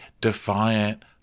defiant